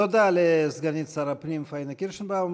תודה לסגנית שר הפנים פאינה קירשנבאום.